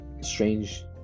strange